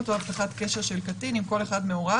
או הבטחת קשר של קטין עם כל אחד מהוריו.